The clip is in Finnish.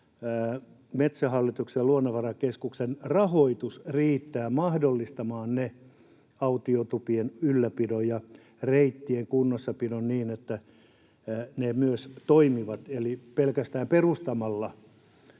Metsähallituksen ja Luonnonvarakeskuksen rahoitus riittää mahdollistamaan autiotupien ylläpidon ja reittien kunnossapidon niin, että ne myös toimivat. Eli pelkästään perustamalla